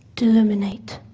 deluminate.